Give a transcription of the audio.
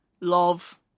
love